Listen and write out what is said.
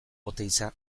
oteiza